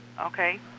okay